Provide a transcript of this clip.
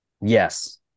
Yes